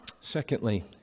Secondly